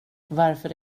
varför